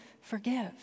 forgive